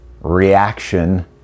reaction